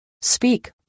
Speak